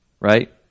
right